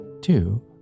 two